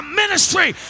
ministry